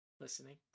Listening